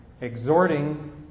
exhorting